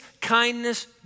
kindness